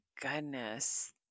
goodness